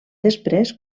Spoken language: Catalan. després